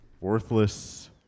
worthless